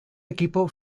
equipo